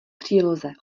příloze